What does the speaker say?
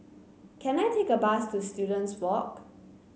can I take a bus to Students Walk